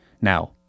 Now